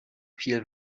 viel